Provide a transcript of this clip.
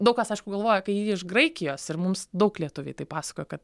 daug kas aišku galvoja kai ji iš graikijos ir mums daug lietuviai tai pasakojo kad